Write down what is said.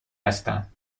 هستم